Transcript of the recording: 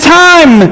time